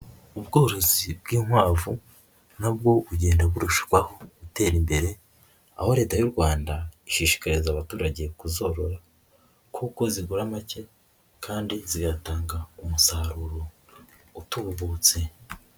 Ubworozi bw'inkwavu na bwo bugenda burushwaho gutera imbere, aho Leta y'u Rwanda ishishikariza abaturage kuzorora kuko zigura make kandi zigatanga umusaruro utubutse.